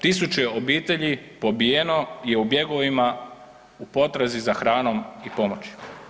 Tisuće obitelji pobijeno je u bjegovima u potrazi za hranom i pomoći.